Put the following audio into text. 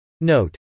Note